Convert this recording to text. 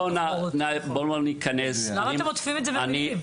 למה אתם עוטפים את זה במילים?